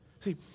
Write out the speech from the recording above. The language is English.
See